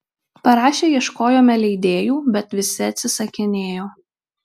parašę ieškojome leidėjų bet visi atsisakinėjo